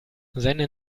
seine